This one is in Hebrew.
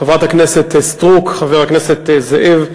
חברת הכנסת סטרוק, חבר הכנסת זאב,